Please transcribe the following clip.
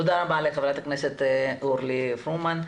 תודה רבה לחברת הכנסת אורלי פרומן.